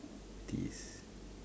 teeth